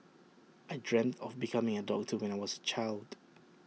I dreamt of becoming A doctor when I was A child